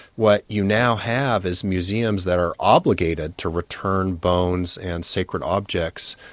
what you now have is museums that are obligated to return bones and sacred objects,